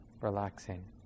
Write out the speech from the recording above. Relaxing